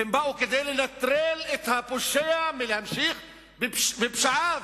בא כדי לנטרל את הפושע מלהמשיך בפשעיו.